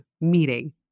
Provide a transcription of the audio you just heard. meeting